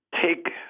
take